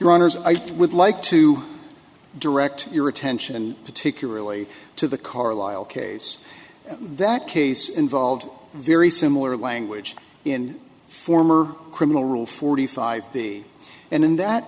honors i would like to direct your attention particularly to the carlisle case that case involved very similar language in former criminal rule forty five b and in that